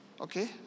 Okay